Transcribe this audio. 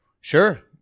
Sure